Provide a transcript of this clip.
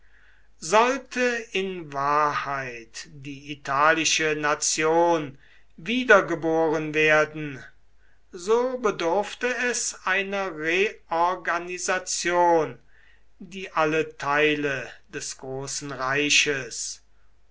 sollte in wahrheit die italische nation wiedergeboren werden so bedurfte es einer reorganisation die alle teile des großen reiches